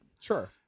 Sure